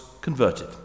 converted